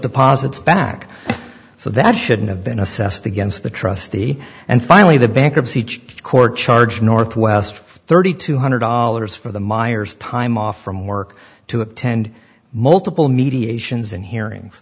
deposits back so that shouldn't have been assessed against the trustee and finally the bankruptcy each court charged northwest thirty two hundred dollars for the myers time off from work to attend multiple mediations and hearings